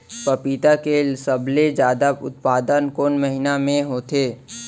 पपीता के सबले जादा उत्पादन कोन महीना में होथे?